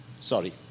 Sorry